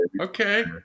Okay